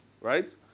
right